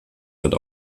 wird